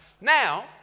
now